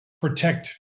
protect